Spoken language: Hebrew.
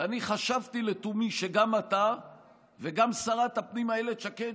ואני חשבתי לתומי שגם אתה וגם שרת הפנים אילת שקד,